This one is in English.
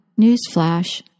Newsflash